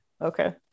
Okay